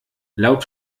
laut